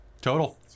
Total